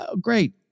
great